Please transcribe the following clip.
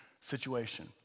situation